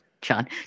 John